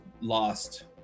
lost